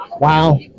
Wow